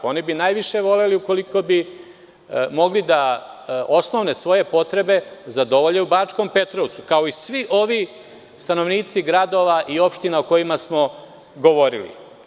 Oni bi najviše voleli ukoliko bi mogli da osnovne svoje potrebe zadovolje u Bačkom Petrovcu, kao i svi ovi stanovnici gradova i opština o kojima smo govorili.